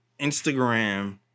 Instagram